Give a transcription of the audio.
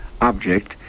object